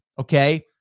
okay